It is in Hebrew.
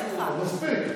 אז מספיק.